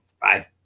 Bye